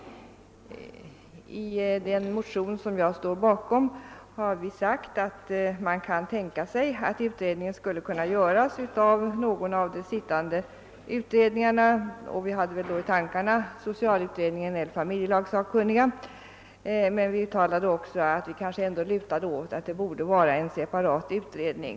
I den motion som jag står bakom har vi sagt att man kan tänka sig att undersökningen skulle kunna göras av någon av de sittande utredningarna. Vi har väl då haft socialutredningen eller familjelagssakkunniga i tankarna, men vi har också uttalat att vi kanske ändå skulle föredra en separat utredning.